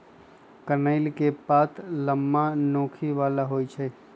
कनइल के पात लम्मा, नोखी बला होइ छइ